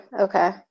Okay